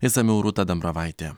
išsamiau rūta dambravaitė